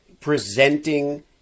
presenting